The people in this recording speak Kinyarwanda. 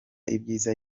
ibyiza